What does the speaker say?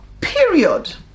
Period